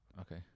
Okay